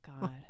god